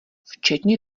včetně